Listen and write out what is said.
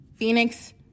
Phoenix